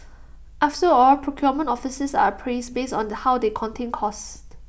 after all procurement officers are appraised based on how they contain costs